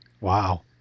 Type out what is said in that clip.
Wow